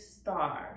star